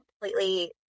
completely